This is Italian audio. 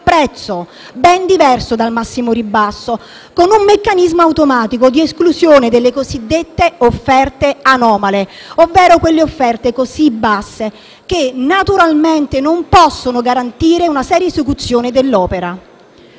prezzo, ben diverso dal massimo ribasso, con un meccanismo automatico di esclusione delle cosiddette offerte anomale, ovvero quelle offerte così basse che naturalmente non possono garantire una seria esecuzione dell'opera.